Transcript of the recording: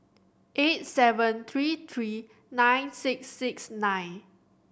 eight seven three three nine six six nine